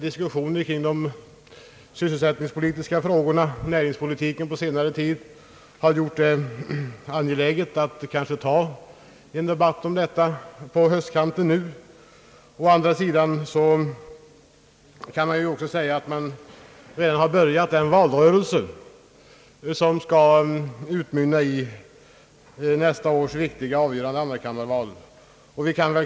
Diskussionen om sysselsättningsfrågorna och näringspolitiken på senare tid har gjort det angeläget med en debatt nu under hösten, Man kan också sägas ha börjat den valrörelse, som skall utmynna i nästa års viktiga och avgörande andrakammarval.